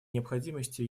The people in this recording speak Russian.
необходимости